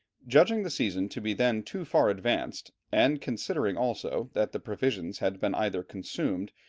judging the season to be then too far advanced, and considering also that the provisions had been either consumed,